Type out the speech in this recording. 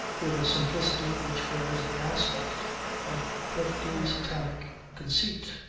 with a simplicity which wears the aspect of perfectly satanic conceit.